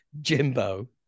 Jimbo